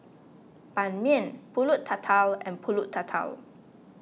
Ban Mian Pulut Tatal and Pulut Tatal